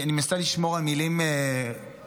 אני מנסה לשמור על מילים נעימות,